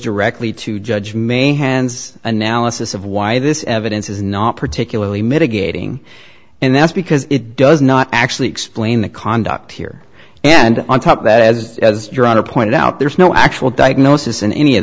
directly to judge may hands analysis of why this evidence is not particularly mitigating and that's because it does not actually explain the conduct here and on top of that as as your other pointed out there's no actual diagnosis in any of